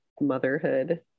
motherhood